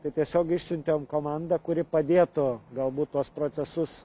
tai tiesiog išsiuntėm komandą kuri padėtų galbūt tuos procesus